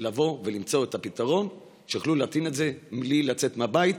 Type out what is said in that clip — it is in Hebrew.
למצוא את הפתרון שיוכלו להטעין את זה מבלי לצאת מהבית.